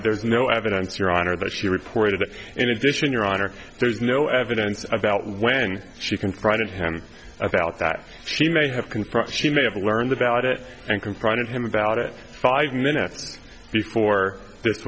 there's no evidence your honor that she reported it in addition your honor there's no evidence about when she confronted him about that she may have confront she may have learned about it and confronted him about it five minutes before this